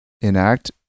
enact